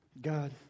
God